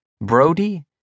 Brody